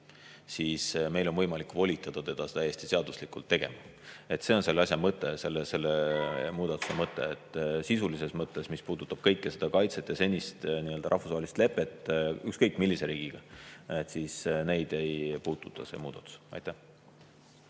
siis meil on võimalik volitada teda täiesti seaduslikult seda tegema. See on selle asja mõte, selle muudatuse mõte. Sisulises mõttes, mis puudutab kaitset ja senist rahvusvahelist lepet ükskõik millise riigiga, siis neid ei puuduta see muudatus. Või